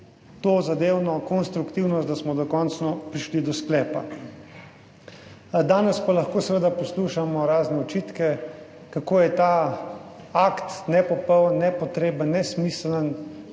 to zadevno konstruktivnost, da smo dokončno prišli do sklepa. Danes pa lahko seveda poslušamo razne očitke kako je ta akt nepopoln, nepotreben, nesmiseln.